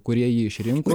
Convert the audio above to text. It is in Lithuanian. kurie jį išrinko